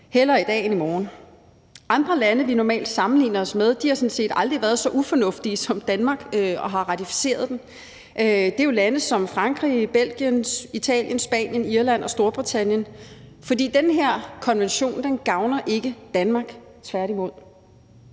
hellere i dag end i morgen. Andre lande, vi normalt sammenligner os med, har sådan set aldrig været så ufornuftige som Danmark og har ratificeret den, og det er lande som Frankrig, Belgien, Italien, Spanien, Irland og Storbritannien. Den her konvention gavner ikke Danmark, tværtimod.